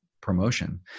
promotion